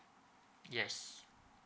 yes